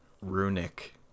runic